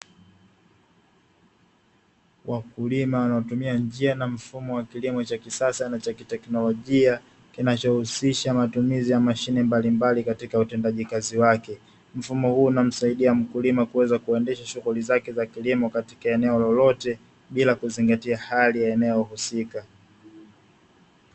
Wakulima wanaotumia njia na mfumo wa kilimo cha kisasa na cha kiteknolojia kinachohusisha matumzi ya mashine mbalimbali katika utendaji kazi wake. Mfumo huu unamsaidia mkulima kuweza kuendesha shughuli zake za kilimo katika eneo lolote bila kuzingatia hali ya eneo husika.